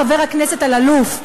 חבר הכנסת אלאלוף,